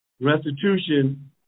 restitution